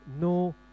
no